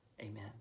Amen